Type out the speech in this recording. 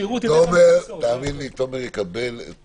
תאמין לי, תומר יקבל את